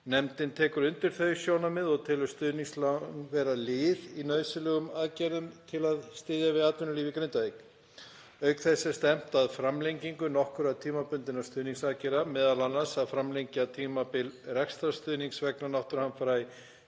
Nefndin tekur undir þau sjónarmið og telur stuðningslán vera lið í nauðsynlegum aðgerðum til að styðja við atvinnulíf í Grindavík. Auk þess er stefnt að framlengingu nokkurra tímabundinna stuðningsaðgerða, m.a. að framlengja tímabil rekstrarstuðnings vegna náttúruhamfara